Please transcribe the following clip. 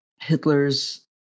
Hitler's